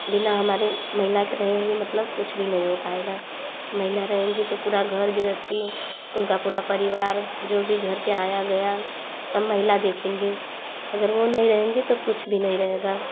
बिना हमारे महिला रहे हुए मतलब कुछ भी नहीं हो पाएगा महिला रहेंगी तो पूरा घर गृहस्ती उनका पूरा परिवार जो भी घर पर आया गया सब महिला देखेंगी अगर वो नहीं रहेंगी तो कुछ भी नहीं रहेगा